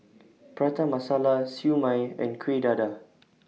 Prata Masala Siew Mai and Kuih Dadar